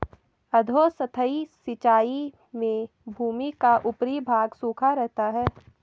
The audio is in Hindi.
अधोसतही सिंचाई में भूमि का ऊपरी भाग सूखा रहता है